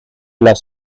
las